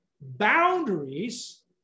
boundaries